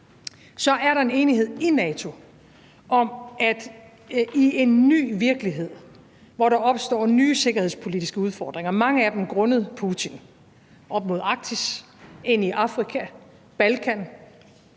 Så er der en enighed i NATO om, at vi i en ny virkelighed, hvor der opstår nye sikkerhedspolitiske udfordringer – mange af dem grundet Putin, op mod Arktis, ind i Afrika, Balkan,